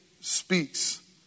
speaks